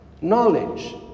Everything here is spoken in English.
Knowledge